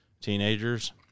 teenagers